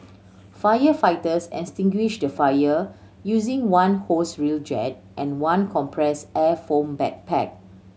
firefighters extinguished the fire using one hose reel jet and one compressed air foam backpack